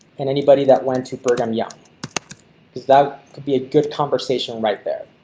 and anybody that went to brigham young is that could be a good conversation right there.